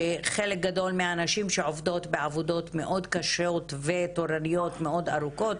שחלק גדול מהנשים שעובדות בעבודות מאוד קשות ובתורנויות מאוד ארוכות,